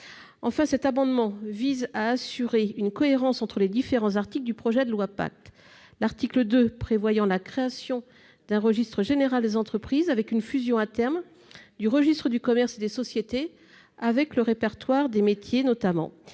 Enfin, cet amendement vise à assurer une cohérence entre les différents articles du projet de loi PACTE. L'article 2 prévoyant la création d'un registre général des entreprises, avec une fusion à terme du registre du commerce et des sociétés avec le répertoire des métiers notamment,